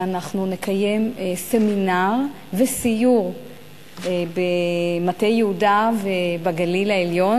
ואנחנו נקיים סמינר וסיור במטה יהודה ובגליל העליון.